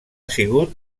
sigut